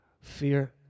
fear